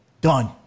Done